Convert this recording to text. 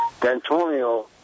D'Antonio